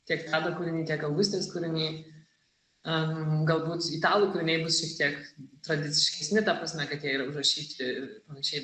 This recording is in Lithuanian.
kiek tado kūriny tiek augustės kūriny am galbūt italų kūriniai bus šiek tiek tradiciškesni ta prasme kad jie užrašyti ir panašiai